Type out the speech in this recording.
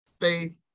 faith